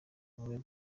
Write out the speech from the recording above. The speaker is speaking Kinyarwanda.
ubumwe